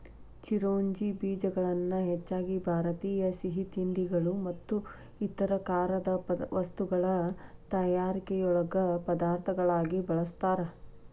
ಚಿರೋಂಜಿ ಬೇಜಗಳನ್ನ ಹೆಚ್ಚಾಗಿ ಭಾರತೇಯ ಸಿಹಿತಿಂಡಿಗಳು ಮತ್ತು ಇತರ ಖಾರದ ವಸ್ತುಗಳ ತಯಾರಿಕೆಯೊಳಗ ಪದಾರ್ಥಗಳಾಗಿ ಬಳಸ್ತಾರ